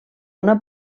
una